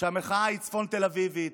שהמחאה היא צפון תל אביבית,